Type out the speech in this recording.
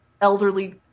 elderly